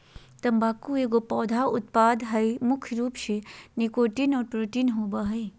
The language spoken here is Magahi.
तम्बाकू एगो पौधा उत्पाद हइ मुख्य रूप से निकोटीन और प्रोटीन होबो हइ